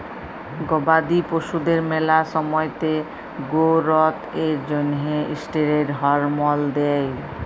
গবাদি পশুদের ম্যালা সময়তে গোরোথ এর জ্যনহে ষ্টিরেড হরমল দেই